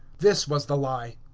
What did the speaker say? this was the lie.